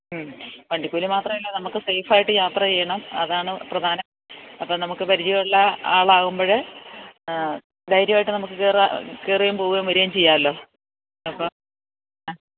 അ വണ്ടിക്കൂലി മാത്രമല്ല നമുക്ക് സേഫായിട്ട് യാത്രെയ്യണം അതാണ് പ്രധാനം അപ്പോള് നമുക്കു പരിചയമുള്ള ആളാവുമ്പോള് ധൈര്യമായിട്ട് നമുക്കു കയറാം കയറുകയും പോവുകയും വരെയും ചെയ്യാമല്ലോ അപ്പോള് ആ